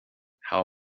how